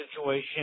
situation